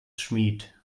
schmied